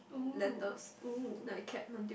!woo! !woo!